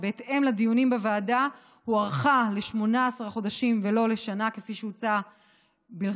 שבהתאם לדיונים בוועדה הוארכה ל-18 חודשים ולא לשנה כפי שהוצע מלכתחילה,